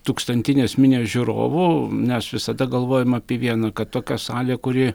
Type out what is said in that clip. tūkstantinės minios žiūrovų nes visada galvojom apie vieną kad tokia salė kuri